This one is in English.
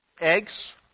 eggs